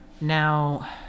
Now